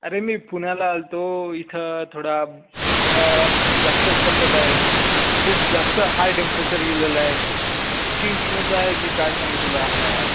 अरे मी पुण्याला आलो होतो इथं थोडा जास्तच तापत आहे खूप जास्त आहे टेंपरेचर गेलेलं आहे इतकी उष्णता आहे की काय सांगू तुला यार